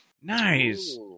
Nice